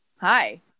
Hi